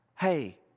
hey